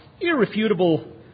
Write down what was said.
irrefutable